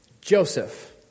Joseph